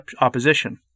opposition